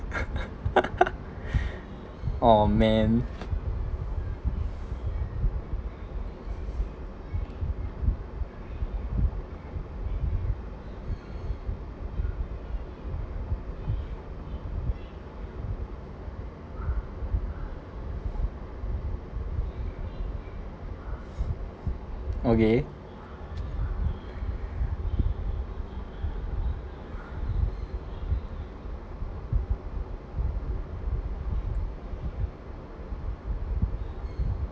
oh man okay